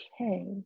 okay